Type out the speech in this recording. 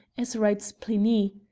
as writes pliny,